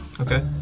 Okay